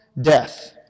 death